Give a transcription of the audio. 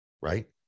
Right